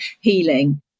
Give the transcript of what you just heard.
healing